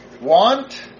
want